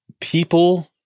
people